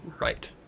Right